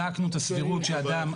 אפשר לחכות לכל ההסבות האלה בתוכניות,